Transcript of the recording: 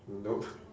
nope